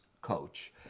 coach